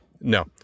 No